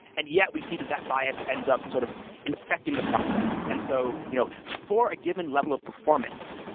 and yet we see that that bias ends up sort of infecting the process. and so you know for a given level of performance,